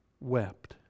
wept